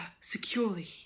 securely